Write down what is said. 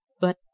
But